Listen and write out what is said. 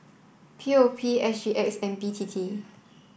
P O P S G X and B T T